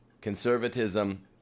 Conservatism